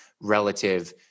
relative